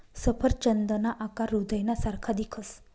सफरचंदना आकार हृदयना सारखा दिखस